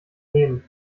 nehmen